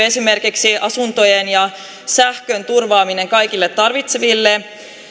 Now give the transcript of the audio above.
esimerkiksi asuntojen ja sähkön turvaaminen kaikille tarvitseville